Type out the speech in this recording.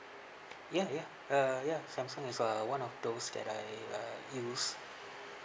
ya ya uh ya samsung is uh one of those that I uh use